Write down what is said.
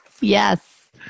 Yes